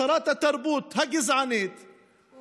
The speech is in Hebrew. שרת התרבות הגזענית,